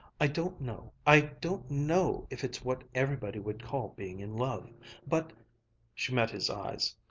i don't know i don't know if it's what everybody would call being in love but she met his eyes,